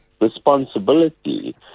responsibility